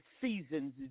seasons